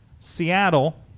Seattle